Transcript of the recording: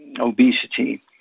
obesity